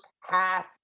half